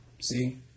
See